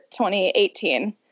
2018